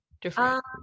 different